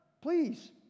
please